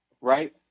right